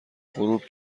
غروب